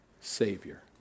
Savior